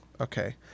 Okay